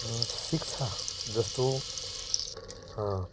शिक्षा जस्तो